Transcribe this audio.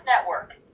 Network